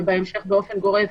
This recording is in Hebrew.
ובהמשך באופן גורף,